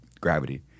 gravity